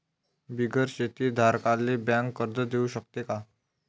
बिगर शेती धारकाले बँक कर्ज देऊ शकते का?